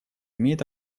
имеет